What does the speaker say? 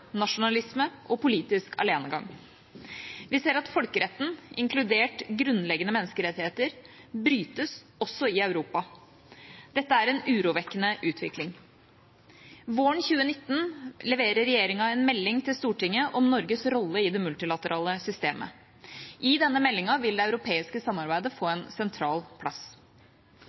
nasjonalisme og politisk alenegang. Vi ser at folkeretten, inkludert grunnleggende menneskerettigheter, brytes også i Europa. Dette er en urovekkende utvikling. Våren 2019 leverer regjeringa en melding til Stortinget om Norges rolle i det multilaterale systemet. I denne meldinga vil det europeiske samarbeidet få en sentral plass.